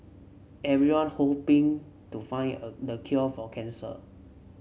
everyone hoping to find a the cure for cancer